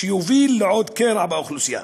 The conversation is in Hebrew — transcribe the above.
שיוביל לעוד קרע באוכלוסייה.